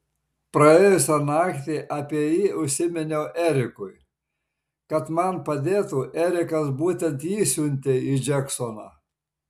praėjusią naktį apie jį užsiminiau erikui kad man padėtų erikas būtent jį siuntė į džeksoną